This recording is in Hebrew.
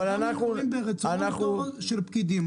כולנו תלויים ברצונם הטוב של פקידים.